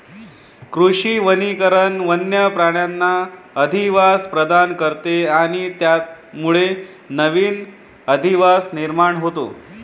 कृषी वनीकरण वन्य प्राण्यांना अधिवास प्रदान करते आणि त्यामुळे नवीन अधिवास निर्माण होतो